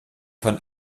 von